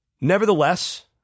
Nevertheless